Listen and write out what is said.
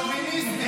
שזה שוביניסטי,